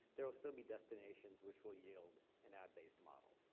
there will still be destinations which will yield an ad based model.